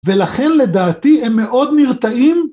ולכן לדעתי הם מאוד נרתעים.